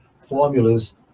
formulas